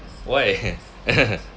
why